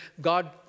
God